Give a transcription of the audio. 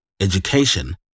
Education